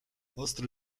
ostry